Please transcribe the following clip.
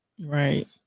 Right